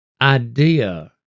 idea